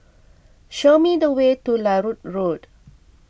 show me the way to Larut Road